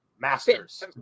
masters